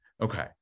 Okay